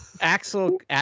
axel